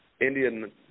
Indian